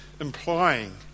implying